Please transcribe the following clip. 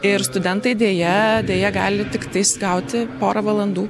ir studentai deja deja gali tiktais gauti porą valandų